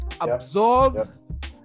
absorb